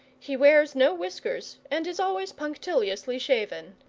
he wears no whiskers, and is always punctiliously shaven.